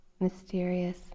mysterious